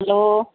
hello